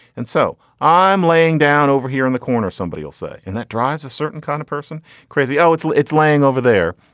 and so i'm laying down over here in the corner somebody you'll say and that drives a certain kind of person crazy. oh it's it's laying over there.